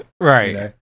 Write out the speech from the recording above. Right